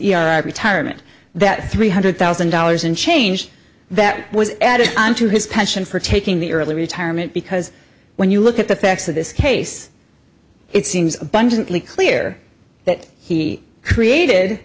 retirement that three hundred thousand dollars in change that was added onto his pension for taking the early retirement because when you look at the facts of this case it seems abundantly clear that he created